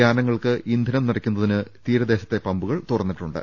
യാനങ്ങൾക്ക് ഇന്ധനം നിറയ്ക്കുന്നതിന് തീരദേശത്തെ പമ്പു കൾ തുറന്നിട്ടുണ്ട്